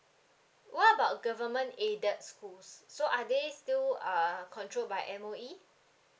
what about government aided schools so are they still are controlled by M_O_E